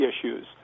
issues